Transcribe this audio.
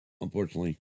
unfortunately